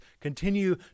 continue